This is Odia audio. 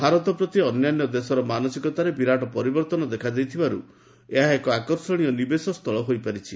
ଭାରତ ପ୍ରତି ଅନ୍ୟାନ୍ୟ ଦେଶର ମାନସିକତାରେ ବିରାଟ ପରିବର୍ଭନ ଦେଖାଦେଇଥିବାରୁ ଏହା ଏକ ଆକର୍ଷଣୀୟ ନିବେଶ ସ୍ଥଳ ହୋଇପାରିଛି